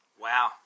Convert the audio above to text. Wow